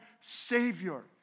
Savior